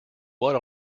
what